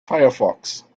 firefox